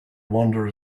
wander